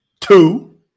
two